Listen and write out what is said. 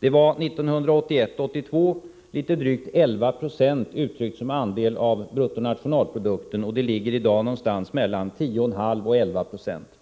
Budgetunderskottet var 1981/82 litet drygt 11 26, uttryckt som andel av bruttonationalprodukten, och det ligger i dag någonstans mellan 10,5 och 11 926.